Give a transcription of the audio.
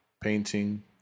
painting